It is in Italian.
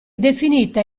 definita